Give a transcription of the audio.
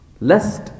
lest